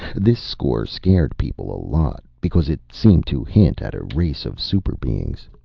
this score scared people a lot, because it seemed to hint at a race of super-beings.